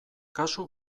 kasu